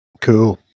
cool